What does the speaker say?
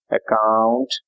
account